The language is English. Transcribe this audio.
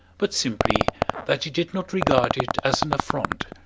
but simply that he did not regard it as an affront,